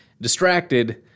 distracted